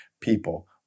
people